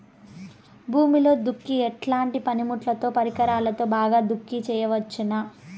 భూమిలో దుక్కి ఎట్లాంటి పనిముట్లుతో, పరికరాలతో బాగా దుక్కి చేయవచ్చున?